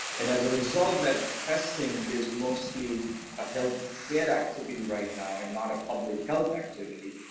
and as a result that testing is mostly a health kid activity right now and not a public health activity.